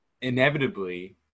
inevitably